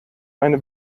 meine